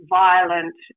violent